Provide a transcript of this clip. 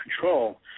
control